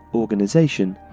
organisation,